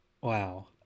Wow